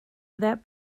that